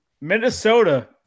Minnesota